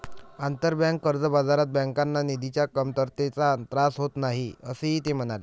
आंतरबँक कर्ज बाजारात बँकांना निधीच्या कमतरतेचा त्रास होत नाही, असेही ते म्हणाले